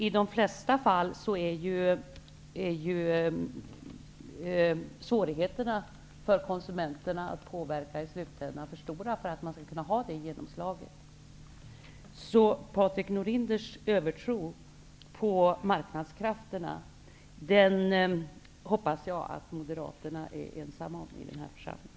I de flesta fall är ju svårigheterna för stora för att konsumenterna i slutänden skall kunna påverka situationen. Patrik Norinders övertro på marknadskrafterna hoppas jag att moderaterna är ensamma om i den här församlingen.